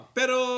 pero